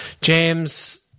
James